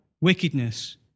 wickedness